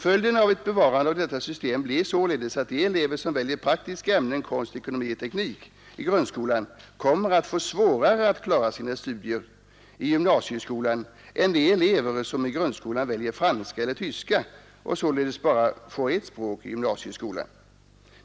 Följden av ett bevarande av detta system blir således att de elever som väljer praktiska ämnen — konst, ekonomi eller teknik — i grundskolan kommer att få svårare att klara sina studier i gymnasieskolan än de elever som i grundskolan väljer franska eller tyska och således bara får ett nytt språk i gymnasieskolan.